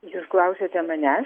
jūs klausiate manęs